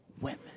women